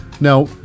Now